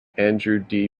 andrew